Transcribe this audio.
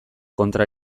kontra